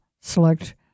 Select